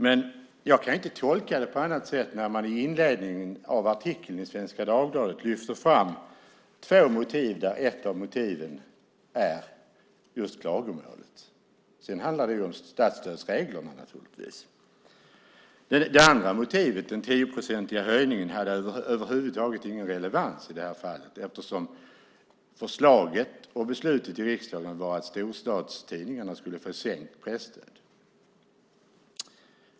Men jag kan inte tolka det på annat sätt när man i inledningen av artikeln i Svenska Dagbladet lyfte fram två motiv där ett av motiven var just klagomålet. Sedan handlar det naturligtvis om statsstödsreglerna. Det andra motivet, den 10-procentiga höjningen, hade över huvud taget ingen relevans i det här fallet eftersom förslaget och beslutet i riksdagen var att storstadstidningarna skulle få sänkt presstöd.